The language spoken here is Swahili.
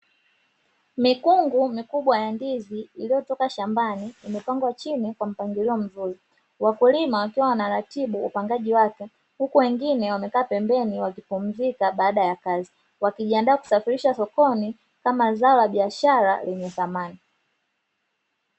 Mikungu mikubwa ya ndizi iliyotoka shambani imepangwa chini kwa mpangilio mzuri, wakulima wakiwa wanaratibu upangaji wake, huku wengine wamekaa pembeni wakipumzika baada ya kazi wakijiandaa kusafirisha sokoni kama zao la biashara lenye thamani.